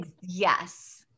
yes